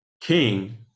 king